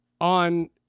on